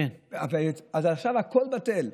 אז עכשיו הכול בטל.